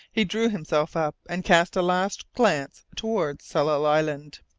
he drew himself up, and cast a last glance towards tsalal island.